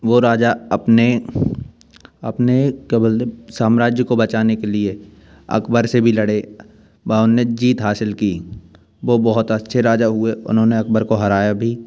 वो राजा अपने अपने केवल साम्राज्य को बचाने के लिए अकबर से भी लड़े वा उनने जीत हासिल की वो बहुत अच्छे राजा हुए उन्होंने अकबर को हराया भी